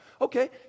Okay